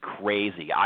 crazy